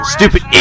Stupid